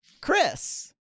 Chris